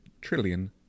trillion